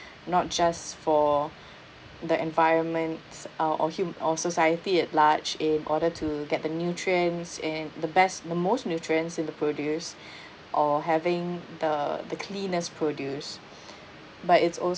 not just for the environments uh or hum~ or society at large in order to get the nutrients in the best and the most nutrients in the produce or having the the cleanest produce but it's also